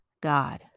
God